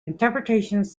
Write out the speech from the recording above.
interpretations